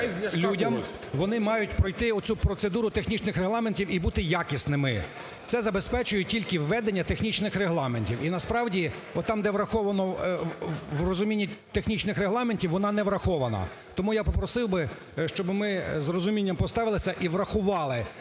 вони мають пройти оцю процедуру технічних регламентів і бути якісними. Це забезпечує тільки введення технічних регламентів, і насправді, от там, де враховано в розумінні технічних регламентів, вона не врахована. Тому я попросив би, щоб ми з розумінням поставилися і врахували